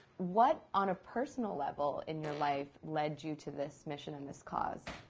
what on a personal level in your life led you to this mission and this cause?